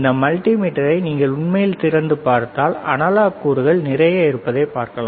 இந்த மல்டிமீட்டரை நீங்கள் உண்மையில் திறந்தால் அனலாக் கூறுகள் நிறைய உள்ளன